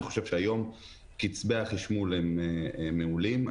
היום קצבי החישמול מעולים.